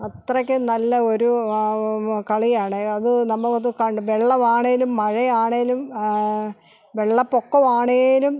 അത്രയ്ക്ക് നല്ല ഒരു കളിയാണ് അത് നമ്മൾ അത് ക വെള്ളമാണെങ്കിലും മഴയാണെങ്കിലും വെള്ളപ്പൊക്കം ആണെങ്കിലും